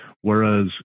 whereas